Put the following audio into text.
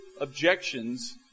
objections